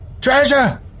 Treasure